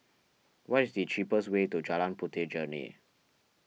what is the cheapest way to Jalan Puteh Jerneh